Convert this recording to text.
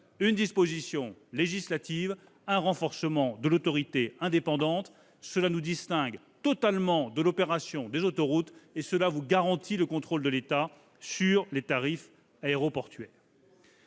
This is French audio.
Une disposition législative, un renforcement de l'autorité indépendante : cela nous distingue totalement de l'opération relative aux autoroutes, et cela vous garantit le contrôle de l'État sur les tarifs aéroportuaires.